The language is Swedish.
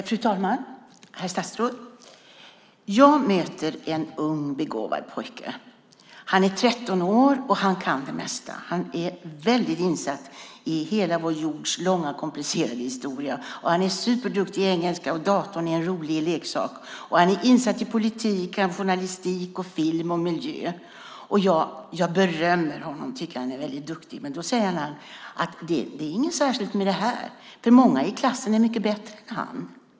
Fru talman! Herr statsråd! Jag möter en ung begåvad pojke. Han är 13 år, och han kan det mesta. Han är väldigt insatt i hela vår jords långa och komplicerade historia, och han är superduktig i engelska. Datorn är en rolig leksak. Han är insatt i politik, kan journalistik, film och miljö. Jag berömmer honom och tycker att han är väldigt duktig. Då säger han: Det är inget särskilt med det här, för många i klassen är mycket bättre.